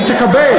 היא תקבל.